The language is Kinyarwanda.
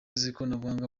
z’ikoranabuhanga